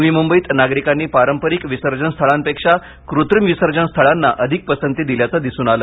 नवी मुंबईत नागरिकांनी पारंपरिक विसर्जन स्थळांपेक्षा कृत्रिम विसर्जन स्थळांना अधिक पसंती दिल्याचे दिसुन आले